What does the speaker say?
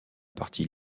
parti